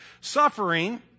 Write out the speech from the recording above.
suffering